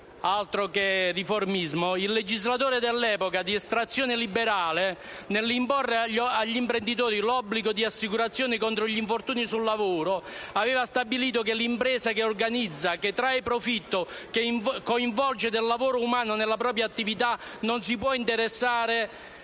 altro che riformismo - il legislatore dell'epoca, di estrazione liberale, nell'imporre agli imprenditori l'obbligo di assicurazioni contro gli infortuni sul lavoro, aveva stabilito che l'impresa che organizza, che trae profitto e coinvolge del lavoro umano nella propria attività non si può disinteressare